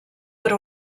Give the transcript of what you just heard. per